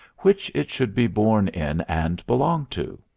which it should be born in and belong to?